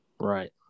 Right